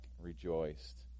rejoiced